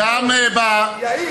יהיר,